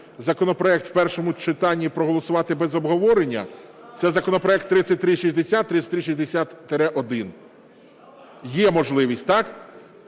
законопроект у першому читанні проголосувати без обговорення? Це законопроекти 3360, 3360-1. Є можливість, так?